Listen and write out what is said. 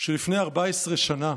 שלפני 14 שנה